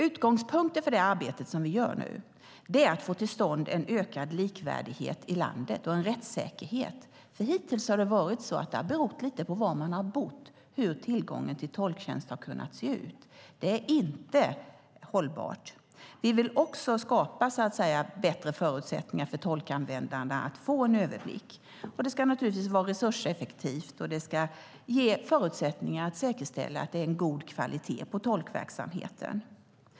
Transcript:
Utgångspunkten för det arbete som vi gör nu är att vi vill få till stånd en ökad likvärdighet i landet och en rättssäkerhet. Hittills har det varit så att det har berott lite på var man bor hur tillgången till tolktjänst har sett ut. Det är inte hållbart. Vi vill också skapa bättre förutsättningar för tolkanvändarna att få en överblick, och det ska naturligtvis vara resurseffektivt och ge förutsättningar att säkerställa att det är en god kvalitet på tolkverksamheten.